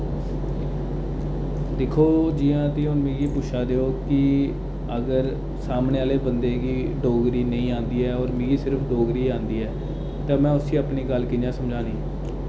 दिक्खो जि'यां कि हून मिगी पुच्छा दे ओ कि अगर सामने आह्ले बंदे गी डोगरी निं औंदी ऐ और मिगी सिर्फ डोगरी औंदी ऐ ते में उस्सी अपनी गल्ल कि'यां समझानी